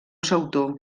sautor